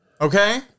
Okay